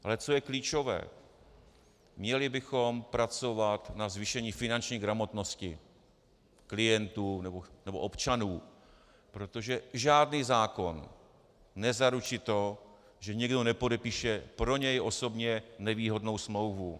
Ale co je klíčové: Měli bychom pracovat na zvýšení finanční gramotnosti klientů nebo občanů, protože žádný zákon nezaručí to, že někdo nepodepíše pro něj osobně nevýhodnou smlouvu.